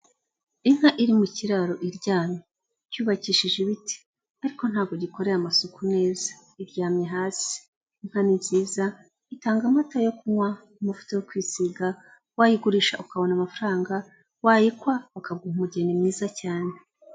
Inka iri mu kiraro iryamye. Cyubakishije ibiti. Ariko ntago gikoreye amasuku neza. Iryamye hasi, inka ni nziza, itanga amata yo kunywa, amavuta yo kwisiga, wayigurisha ukabona amafaranga, wayikwa, bakaguha umugeni mwiza cyane.